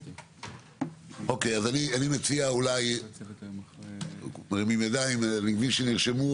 אז אני מציע אני מבין שאנשים נרשמו.